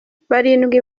barindwi